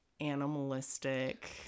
animalistic